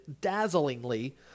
dazzlingly